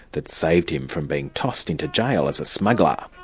that saved him from being tossed into jail as a smuggler.